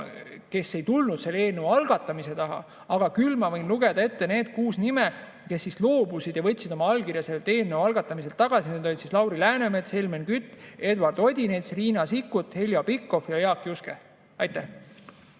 kes ei tulnud selle eelnõu algatamise taha. Küll ma võin lugeda ette need kuus nime, kes loobusid ja võtsid oma allkirja selle eelnõu algatamiselt tagasi. Need olid Lauri Läänemets, Helmen Kütt, Eduard Odinets, Riina Sikkut, Heljo Pikhof ja Jaak Juske. Ma